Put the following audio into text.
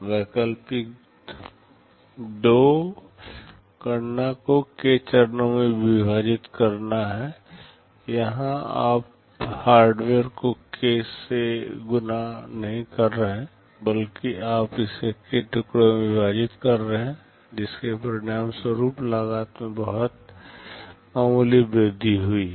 वैकल्पिक 2 गणना को k चरणों में विभाजित करना है यहां आप हार्डवेयर को k से गुणा नहीं कर रहे हैं बल्कि आप इसे k टुकड़ों में विभाजित कर रहे हैं जिसके परिणामस्वरूप लागत में बहुत मामूली वृद्धि हुई है